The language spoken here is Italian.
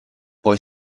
poi